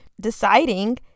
deciding